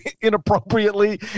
inappropriately